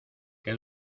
que